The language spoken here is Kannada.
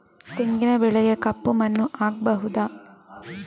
ತೆಂಗಿನ ಬೆಳೆಗೆ ಕಪ್ಪು ಮಣ್ಣು ಆಗ್ಬಹುದಾ?